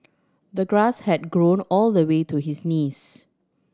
the grass had grown all the way to his knees